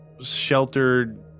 sheltered